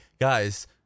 Guys